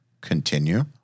continue